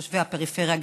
תושבי הפריפריה,